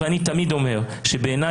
ואני תמיד אומר שבעיני,